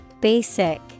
basic